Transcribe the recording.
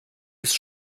ist